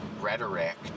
rhetoric